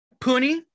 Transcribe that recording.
Pony